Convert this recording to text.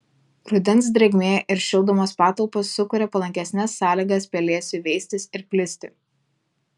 rudens drėgmė ir šildomos patalpos sukuria palankesnes sąlygas pelėsiui veistis ir plisti